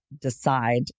decide